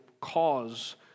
cause